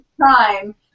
time